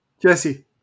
Jesse